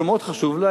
שהוא מאוד חשוב לה,